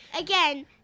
again